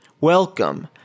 Welcome